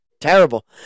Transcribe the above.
Terrible